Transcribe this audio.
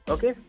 Okay